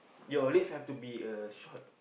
your leg have to be uh short